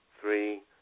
three